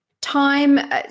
time